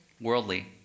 worldly